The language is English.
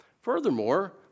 Furthermore